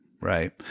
right